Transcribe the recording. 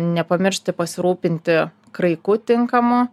nepamiršti pasirūpinti kraiku tinkamu